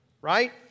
right